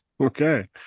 Okay